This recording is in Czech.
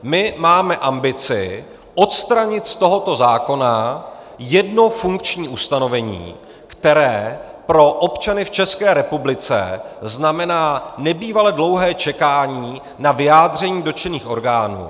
My máme ambici odstranit z tohoto zákona jedno funkční ustanovení, které pro občany v České republice znamená nebývale dlouhé čekání na vyjádření dotčených orgánů.